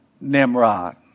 Nimrod